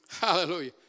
Hallelujah